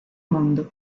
mondo